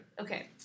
Okay